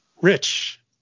Rich